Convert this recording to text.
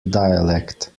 dialect